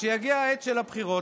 כשתגיע העת של הבחירות,